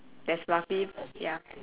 there's fluffy ya